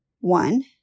One